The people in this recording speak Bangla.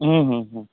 হুম হুম হুম